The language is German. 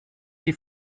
die